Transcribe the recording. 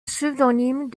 pseudonyme